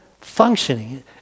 functioning